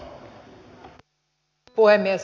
arvoisa puhemies